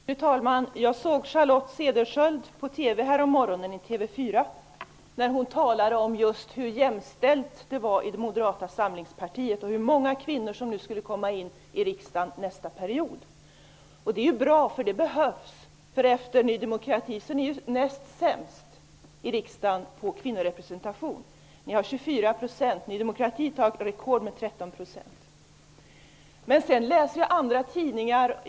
Fru talman! Jag såg Charlotte Cederschiöld på TV 4 härommorgonen. Hon talade där om hur jämställt det är i Moderata samlingspartiet och om hur många kvinnor som skulle komma in i riksdagen nästa period. Det är bra. Det behövs. Moderaterna är nämligen näst sämst i riksdagen vad gäller kvinnorepresentation, därefter kommer Ny demokrati. Moderaternas kvinnorepresentation utgör 24 %.